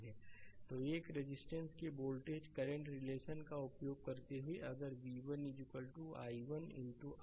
slide समय देखें 0213 तो एक रेजिस्टेंस के वोल्टेज करंट रिलेशनका उपयोग करते हुए अगर v1 i1 R और v2 i2 R